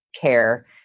care